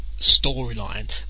storyline